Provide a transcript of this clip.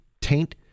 taint